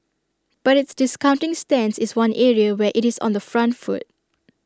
but its discounting stance is one area where IT is on the front foot